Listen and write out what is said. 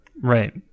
right